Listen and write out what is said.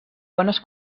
bones